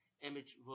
image